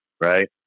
right